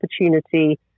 opportunity